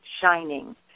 shining